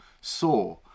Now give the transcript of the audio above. Saw